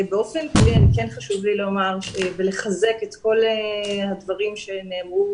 כן חשוב לי לומר ולחזק את כל הדברים שנאמרו